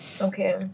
Okay